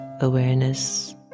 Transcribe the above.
awareness